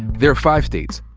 there are five states,